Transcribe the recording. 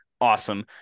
Awesome